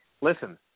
Listen